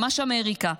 ממש אמריקה.